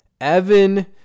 Evan